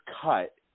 cut